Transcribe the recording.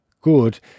good